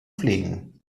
pflegen